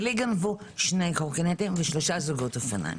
כי לי גנבו 2 קורקינטים ו-3 זוגות אופניים.